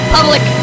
Public